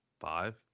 five